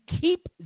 keep